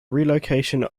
relocation